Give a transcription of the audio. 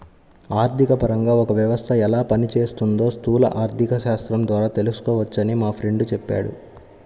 ఆర్థికపరంగా ఒక వ్యవస్థ ఎలా పనిచేస్తోందో స్థూల ఆర్థికశాస్త్రం ద్వారా తెలుసుకోవచ్చని మా ఫ్రెండు చెప్పాడు